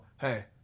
Hey